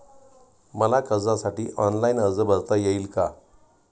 मला कर्जासाठी ऑनलाइन अर्ज भरता येईल का?